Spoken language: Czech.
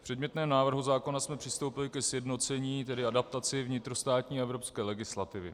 V předmětném návrhu zákona jsme přistoupili ke sjednocení, tedy adaptaci vnitrostátní a evropské legislativy.